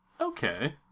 Okay